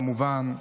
כמובן,